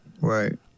Right